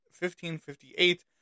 1558